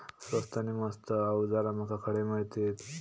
स्वस्त नी मस्त अवजारा माका खडे मिळतीत?